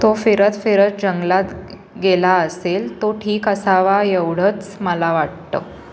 तो फिरत फिरत जंगलात गेला असेल तो ठीक असावा एवढंच मला वाटतं